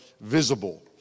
visible